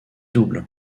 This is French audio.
double